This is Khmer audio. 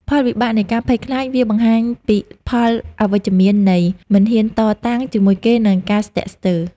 ផលវិបាកនៃការភ័យខ្លាច វាបង្ហាញពីផលអវិជ្ជមាននៃ មិនហ៊ានតតាំងជាមួយគេ និង ការស្ទាក់ស្ទើរ។